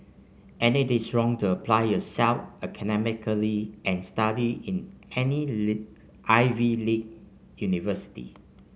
and it is wrong to apply yourself academically and study in I V league university